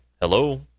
Hello